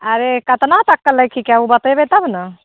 आरे कतना चक्कल लैखी के ओ बतैबै तब ने